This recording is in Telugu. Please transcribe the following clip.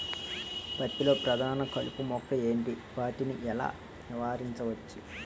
పత్తి లో ప్రధాన కలుపు మొక్కలు ఎంటి? వాటిని ఎలా నీవారించచ్చు?